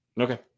Okay